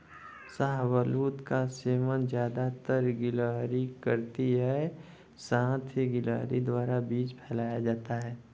शाहबलूत का सेवन ज़्यादातर गिलहरी करती है साथ ही गिलहरी द्वारा बीज फैलाया जाता है